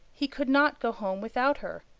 he could not go home without her,